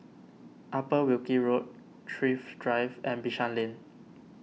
Upper Wilkie Road Thrift Drive and Bishan Lane